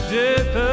death